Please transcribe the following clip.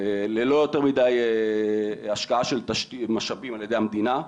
ללא יותר מידי השקעה של תשתית ומשאבים על ידי המדינה.